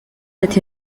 ati